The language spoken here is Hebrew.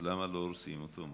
אז למה לא הורסים אותו?